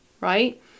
right